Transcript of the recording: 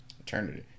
Eternity